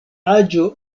aĝo